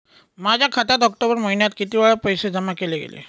माझ्या खात्यात ऑक्टोबर महिन्यात किती वेळा पैसे जमा केले गेले?